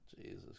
Jesus